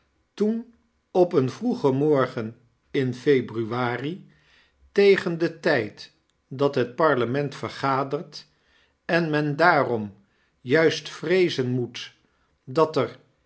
toen op een vroegen morgen in februari tegen den tyd dat het parlement vergadert en men daarom juist vreezen moet dat er